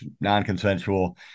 non-consensual